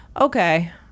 Okay